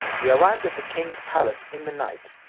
he arrived at the king's palace in the night.